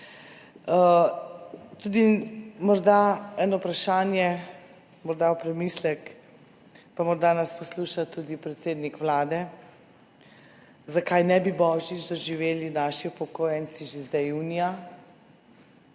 tudi eno vprašanje, morda v premislek, morda nas posluša tudi predsednik Vlade. Zakaj ne bi božiča doživeli naši upokojenci že zdaj, junija?